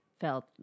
felt